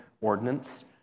ordinance